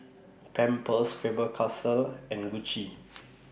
Pampers Faber Castell and Gucci